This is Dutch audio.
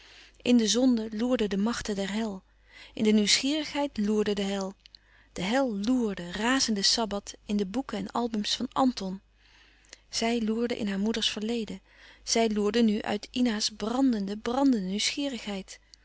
in de zonde loerden de machten der hel in de nieuwsgierigheid loerde de hel de hel loerde razende sabbath in de boeken en albums van anton zij loerde in haar moeders verleden zij loerde nu uit ina's brandende brandende nieuwsgierigheid